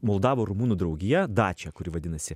moldavų rumunų draugija dače kuri vadinasi